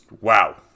wow